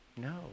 No